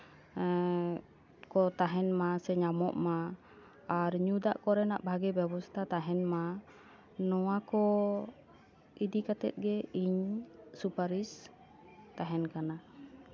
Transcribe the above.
ᱡᱚᱢ ᱧᱩᱣᱟᱜ ᱠᱚ ᱛᱟᱦᱮᱱ ᱢᱟ ᱥᱮ ᱧᱟᱢᱚᱜ ᱢᱟ ᱟᱨ ᱧᱩᱫᱟᱜ ᱠᱚᱨᱮᱱᱟᱜ ᱵᱷᱟᱜᱮ ᱵᱮᱵᱚᱥᱛᱷᱟ ᱛᱟᱦᱮᱱ ᱢᱟ ᱱᱚᱣᱟ ᱠᱚ ᱤᱫᱤ ᱠᱟᱛᱮᱜ ᱜᱮ ᱤᱧ ᱥᱩᱯᱟᱨᱤᱥ ᱛᱟᱦᱮᱱ ᱠᱟᱱᱟ